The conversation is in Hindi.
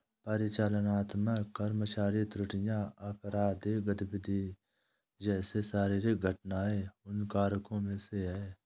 परिचालनात्मक कर्मचारी त्रुटियां, आपराधिक गतिविधि जैसे शारीरिक घटनाएं उन कारकों में से है